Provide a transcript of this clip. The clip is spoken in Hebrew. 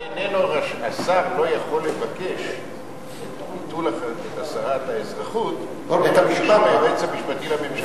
השר לא יכול לבקש את ביטול הסרת האזרחות של היועץ המשפטי לממשלה.